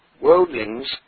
Worldlings